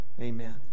Amen